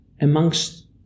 amongst